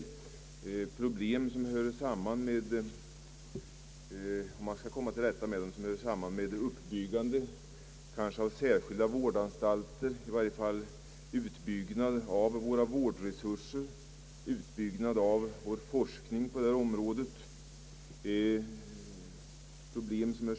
Det är problem som, om man vill komma till rätta med dem, hör samman med uppbyggande av särskilda vårdanstalter, eller i varje fall utbyggnad av våra vårdresurser, samt utbyggnad av forskningen på området.